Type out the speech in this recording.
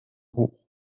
hoch